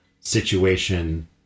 situation